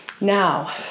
now